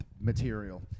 material